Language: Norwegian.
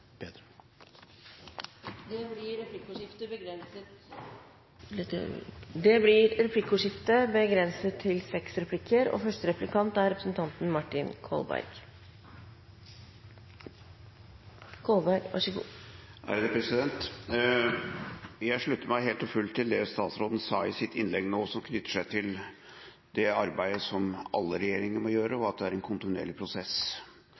bedre, og den skal bli enda bedre. Det blir replikkordskifte. Jeg slutter meg helt og fullt til det statsråden nå sa i sitt innlegg som knytter seg til det arbeidet som alle regjeringer må gjøre, og at det er en kontinuerlig prosess.